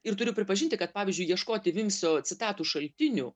ir turiu pripažinti kad pavyzdžiui ieškoti vimsio citatų šaltinių